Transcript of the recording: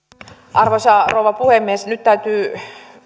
arvoisa rouva puhemies nyt täytyy